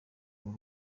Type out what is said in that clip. ubu